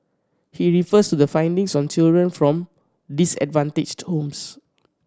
he refers to the findings on children from disadvantaged homes